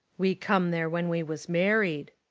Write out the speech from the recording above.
we come there when we was married.